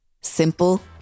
simple